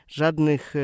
żadnych